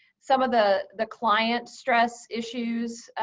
some of the the client stress issues,